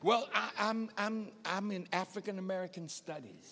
well i'm i'm i'm an african american studies